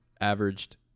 averaged